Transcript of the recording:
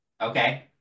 Okay